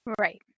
Right